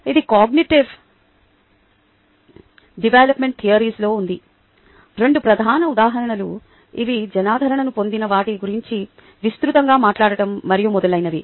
ఇది cognitive development థియరీస్లో ఉంది రెండు ప్రధాన ఉదాహరణలు ఇవి జనాదరణ పొందిన వాటి గురించి విస్తృతంగా మాట్లాడటం మరియు మొదలైనవి